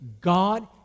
God